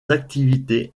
activités